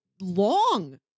long